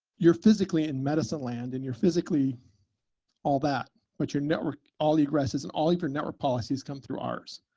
you're physically in medicine land and you're physically all that, but your network, all the addresses and all your network policies come through ours.